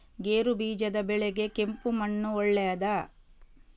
ಗೇರುಬೀಜದ ಬೆಳೆಗೆ ಕೆಂಪು ಮಣ್ಣು ಒಳ್ಳೆಯದಾ?